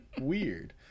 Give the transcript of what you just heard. Weird